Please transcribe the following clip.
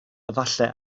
efallai